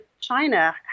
China